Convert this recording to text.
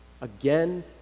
again